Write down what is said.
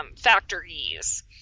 factories